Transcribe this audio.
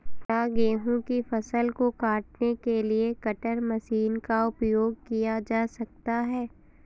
क्या गेहूँ की फसल को काटने के लिए कटर मशीन का उपयोग किया जा सकता है?